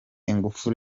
ingufu